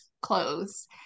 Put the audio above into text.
clothes